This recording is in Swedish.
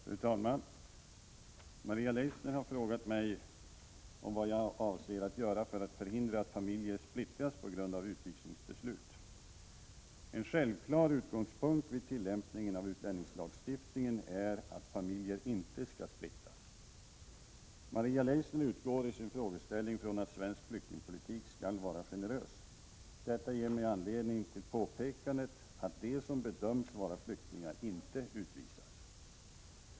Fru talman! Maria Leissner har frågat mig om vad jag avser att göra för att förhindra att familjer splittras på grund av utvisningsbeslut. En självklar utgångspunkt vid tillämpningen av utlänningslagstiftningen är att familjer inte skall splittras. Maria Leissner utgår i sin frågeställning från att svensk flyktingpolitik skall vara generös. Detta ger mig anledning till påpekandet att de som bedöms vara flyktingar inte utvisas.